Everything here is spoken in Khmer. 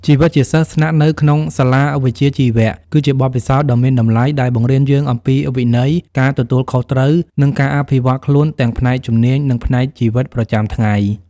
ជីវិតជាសិស្សស្នាក់នៅក្នុងសាលាវិជ្ជាជីវៈ គឺជាបទពិសោធន៍ដ៏មានតម្លៃដែលបង្រៀនយើងអំពីវិន័យ ការទទួលខុសត្រូវ និងការអភិវឌ្ឍខ្លួនទាំងផ្នែកជំនាញ និងផ្នែកជីវិតប្រចាំថ្ងៃ។